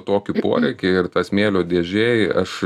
tokį poreikį ir tą smėlio dėžėj aš